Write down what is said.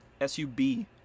S-U-B